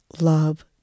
love